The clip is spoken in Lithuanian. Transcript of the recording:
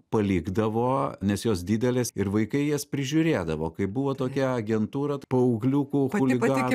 palikdavo nes jos didelės ir vaikai jas prižiūrėdavo kaip buvo tokia agentūra paaugliukų chuliga